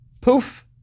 Poof